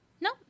No